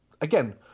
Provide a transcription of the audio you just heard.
again